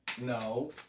No